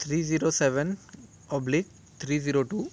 three zero seven oblique three zero two